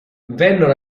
vennero